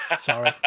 Sorry